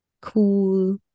cool